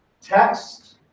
Text